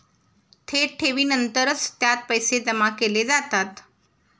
थेट ठेवीनंतरच त्यात पैसे जमा केले जातात